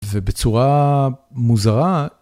ובצורה מוזרה.